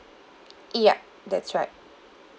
ya that's right